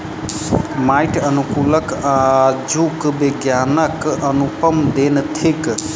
माइट अनुकूलक आजुक विज्ञानक अनुपम देन थिक